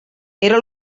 era